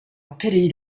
pity